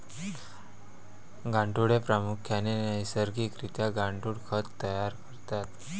गांडुळे प्रामुख्याने नैसर्गिक रित्या गांडुळ खत तयार करतात